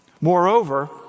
Moreover